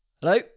Hello